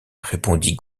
répondit